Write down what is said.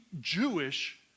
Jewish